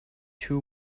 two